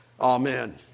Amen